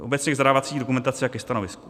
Obecně k zadávací dokumentaci a ke stanovisku.